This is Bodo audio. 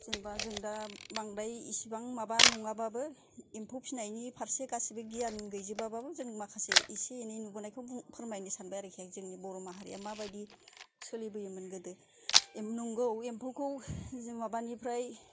जेनेबा जों दा बांद्राय इसिबां माबा नङाबाबो एम्फौ फिसिनायनि फारसे गासिबो गियान गैजोबाबाबो जों माखासे एसै एनै नुबोनायखौ फोरमायनो सानबाय आरोखि आं जोंनि बर' माहारिया माबायदि सोलिबोयोमोन गोदो नंगौ एम्फौखौ जों माबानिफ्राय